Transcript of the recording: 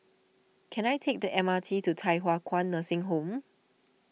can I take the M R T to Thye Hua Kwan Nursing Home